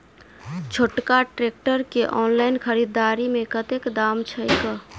छोटका ट्रैक्टर केँ ऑनलाइन खरीददारी मे कतेक दाम छैक?